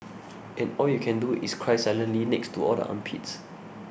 and all you can do is cry silently next to all the armpits